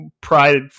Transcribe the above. pride